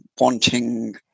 wanting